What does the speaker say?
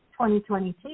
2022